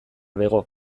bego